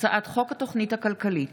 הצעת חוק התוכנית הכלכלית